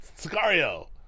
Sicario